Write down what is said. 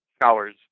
scholars